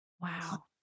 Wow